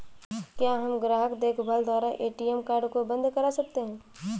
क्या हम ग्राहक देखभाल द्वारा ए.टी.एम कार्ड को बंद करा सकते हैं?